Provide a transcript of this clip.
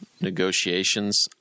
negotiations